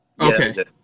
Okay